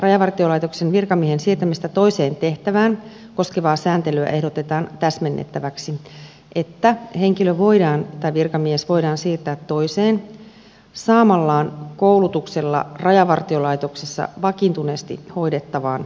rajavartiolaitoksen virkamiehen siirtämistä toiseen tehtävään koskevaa sääntelyä ehdotetaan täsmennettäväksi niin että virkamies voidaan siirtää toiseen saamallaan koulutuksella rajavartiolaitoksessa vakiintuneesti hoidettavaan tehtävään